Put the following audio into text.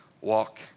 walk